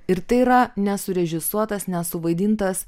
ir tai yra nesurežisuotas nesuvaidintas